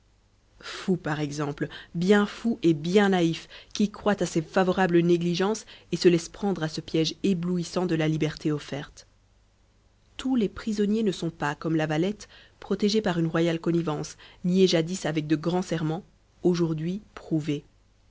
fou par exemple bien fou et bien naïf qui croit à ces favorables négligences et se laisse prendre à ce piège éblouissant de la liberté offerte tous les prisonniers ne sont pas comme lavalette protégés par une royale connivence niée jadis avec de grands serments aujourd'hui prouvée